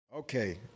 Okay